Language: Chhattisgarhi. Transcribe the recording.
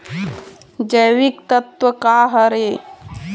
जैविकतत्व का हर ए?